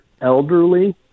elderly